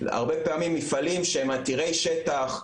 הרבה פעמים מפעלים שהם עתירי שטח,